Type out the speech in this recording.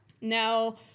Now